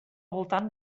voltant